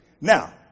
Now